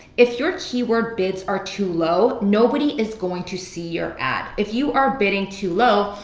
if your keyword bids are too low, nobody is going to see your ad. if you are bidding too low,